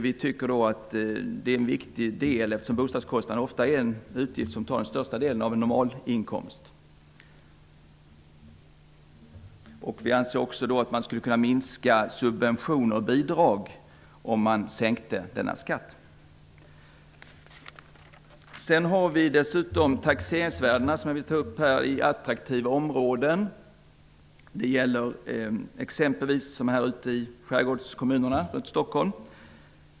Vi tycker att det är en viktig åtgärd, eftersom bostadskostnaden ofta tar den största delen av en normalinkomst. Vi anser också att man skulle kunna minska subventioner och bidrag, om man sänkte denna skatt. Vi har också tagit upp frågan om taxeringsvärdena i attraktiva områden, exempelvis i skärgårdskommunerna runt Stockholm.